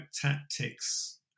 tactics